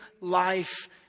life